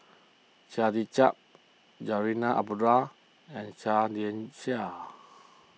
Chia Tee Chiak Zarinah Abdullah and Seah Liang Seah